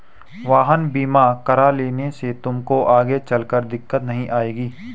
वाहन बीमा करा लेने से तुमको आगे चलकर दिक्कत नहीं आएगी